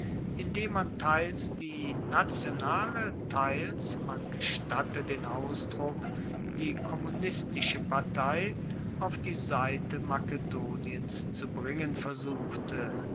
indem man teils die nationale teils man gestatte den ausdruck die kommunistische partei auf die seite makedoniens zu bringen versuchte